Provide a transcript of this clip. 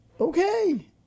Okay